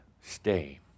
stay